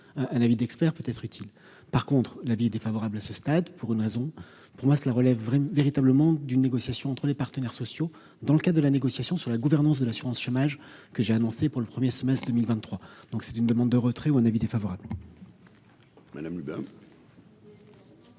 un avis d'expert peut être utile, par contre, l'avis est défavorable à ce stade, pour une raison pour moi, cela relève véritablement d'une négociation entre les partenaires sociaux, dans le cas de la négociation sur la gouvernance de l'assurance chômage, que j'ai annoncé pour le 1er semestre 2023, donc c'est une demande de retrait ou un avis défavorable. Madame Hubert.